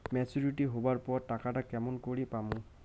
Maturity হবার পর টাকাটা কেমন করি পামু?